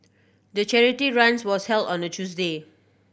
the charity run was held on a Tuesday